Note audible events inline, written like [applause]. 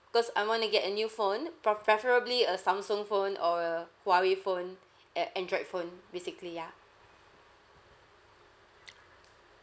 because I want to get a new phone pro~ preferably a samsung phone or a huawei phone [breath] a~ android phone basically ya [noise]